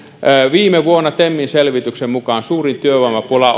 viime vuonna temin selvityksen mukaan suurin työvoimapula